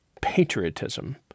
patriotism